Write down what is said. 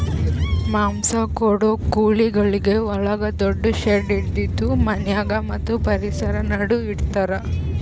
ಮಾಂಸ ಕೊಡೋ ಕೋಳಿಗೊಳಿಗ್ ಒಳಗ ದೊಡ್ಡು ಶೆಡ್ ಇದ್ದಿದು ಮನ್ಯಾಗ ಮತ್ತ್ ಪರಿಸರ ನಡು ಇಡತಾರ್